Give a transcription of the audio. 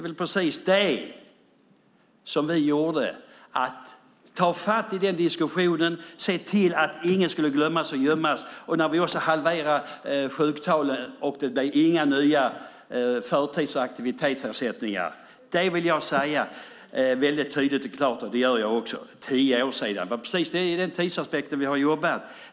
Det var precis det som vi gjorde, nämligen tog fatt i den diskussionen och såg till att ingen skulle glömmas och gömmas. Vi halverar sjuktalen, och det blir inga nya förtids och aktivitetsersättningar, det vill jag säga väldigt tydligt och klart, och det gör jag också. Det var tio år sedan, och det är precis i den tidsaspekten vi har jobbat.